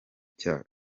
cya